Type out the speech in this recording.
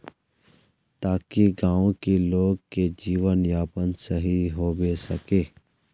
ताकि गाँव की लोग के जीवन यापन सही होबे सके?